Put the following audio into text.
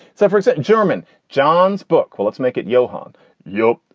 so for example, german john's book. well, let's make it johan yok.